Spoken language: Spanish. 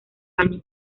año